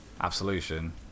Absolution